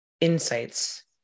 insights